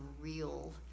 real